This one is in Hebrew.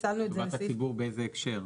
טובת הציבור באיזה הקשר?